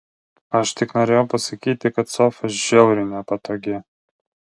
aš tik norėjau pasakyti kad sofa žiauriai nepatogi